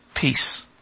peace